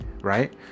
right